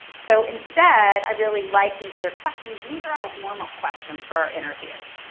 so instead i really like these other questions and these are our warm-up questions for our interviews.